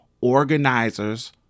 organizers